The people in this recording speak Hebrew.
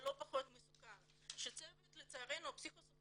ולא פחות מסוכן הוא שהצוות הפסיכוסוציאלי,